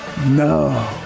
No